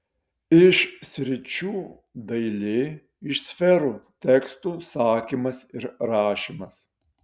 iš sričių dailė iš sferų tekstų sakymas ir rašymas